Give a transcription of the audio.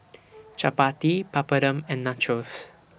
Chapati Papadum and Nachos